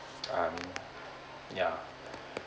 um yeah